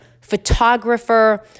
photographer